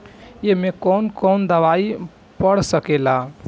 ए में कौन कौन दवाई पढ़ सके ला?